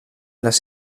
les